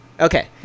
Okay